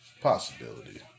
possibility